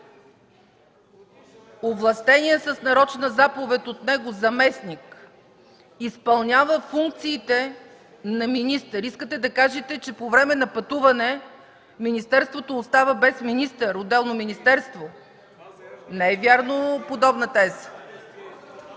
овластеният с нарочна заповед от него заместник изпълнява функциите на министър. Искате да кажете, че по време на пътуване министерството остава без министър – отделно министерство? Не е вярна подобна теза.